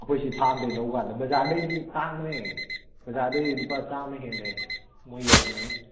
ꯑꯩꯈꯣꯏꯁꯤ ꯐꯥꯔꯝꯗꯩ ꯂꯧꯀꯥꯟꯗ ꯕꯖꯥꯔꯗꯩꯗꯤ ꯇꯥꯡꯕꯅꯦ ꯕꯖꯥꯔꯗꯩ ꯂꯨꯄꯥ ꯆꯥꯝꯃ ꯍꯦꯟꯅ ꯃꯣꯏ ꯌꯣꯂꯝꯒꯅꯤ